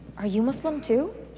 are you muslim too?